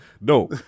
No